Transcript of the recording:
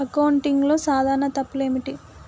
అకౌంటింగ్లో సాధారణ తప్పులు ఏమిటి?